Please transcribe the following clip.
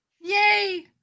Yay